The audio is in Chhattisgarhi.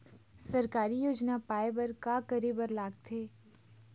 सरकारी योजना पाए बर का करे बर लागथे?